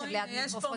גם פה זה קשה,